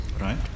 Right